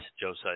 Joseph